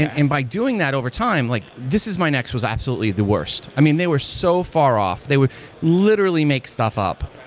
and and by doing that overtime, like this is my next was absolutely the worst. i mean they were so far off. they would literally make stuff up.